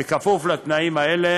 בכפוף לתנאים האלה,